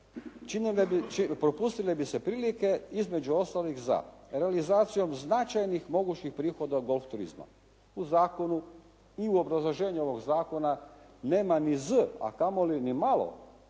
se u zakonu, propustile bi se prilike između ostalih za kanalizacijom značajnih mogućih prihoda golf turizma. U zakonu i u obrazloženju ovog zakona nema ni z, a kamoli ni malo,